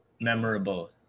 memorable